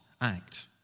act